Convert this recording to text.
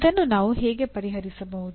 ಇದನ್ನು ನಾವು ಹೇಗೆ ಪರಿಹರಿಸಬಹುದು